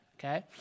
Okay